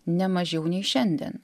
ne mažiau nei šiandien